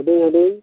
ᱦᱩᱰᱤᱧᱼᱦᱩᱰᱤᱧ